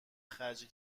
خرج